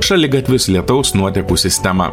šaligatvius lietaus nuotekų sistemą